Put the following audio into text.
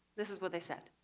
this is what they said